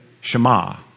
Shema